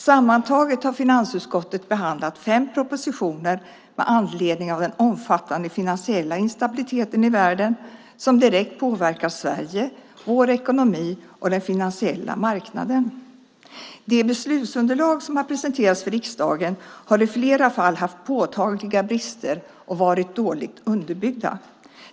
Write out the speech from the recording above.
Sammantaget har finansutskottet behandlat fem propositioner med anledning av den omfattande finansiella instabiliteten i världen som direkt påverkar Sverige, vår ekonomi och den finansiella marknaden. De beslutsunderlag som har presenterats för riksdagen har i flera fall haft påtagliga brister och varit dåligt underbyggda.